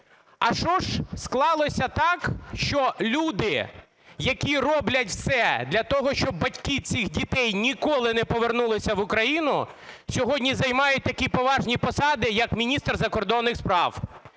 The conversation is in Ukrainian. а що ж склалося так, що люди, які роблять все для того, щоб батьки цих дітей ніколи не повернулися в Україну, сьогодні займають такі поважні посади, як міністр закордонних справ.